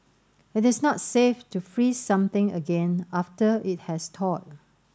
it is not safe to freeze something again after it has thawed